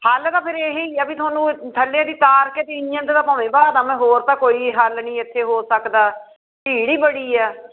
ਹੱਲ ਤਾਂ ਫਿਰ ਇਹੀ ਆ ਵੀ ਤੁਹਾਨੂੰ ਥੱਲੇ ਦੀ ਤਾਰ ਕੇ ਤੀਵੀਆਂ ਦਾ ਤਾਂ ਭਾਵੇਂ ਬਾਹਲਾ ਦਮ ਆ ਹੋਰ ਤਾਂ ਕੋਈ ਹੱਲ ਨਹੀਂ ਇੱਥੇ ਹੋ ਸਕਦਾ ਭੀੜ ਹੀ ਬੜੀ ਆ